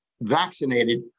vaccinated